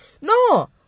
No